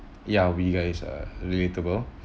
ya we guys are relatable